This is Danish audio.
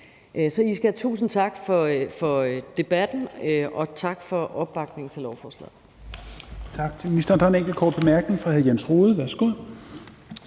tusind tak for debatten, og tak for opbakningen til lovforslaget.